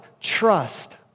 trust